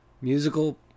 musical